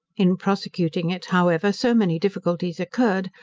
in prosecuting it, however, so many difficulties occurred,